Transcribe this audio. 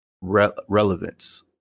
relevance